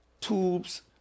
tubes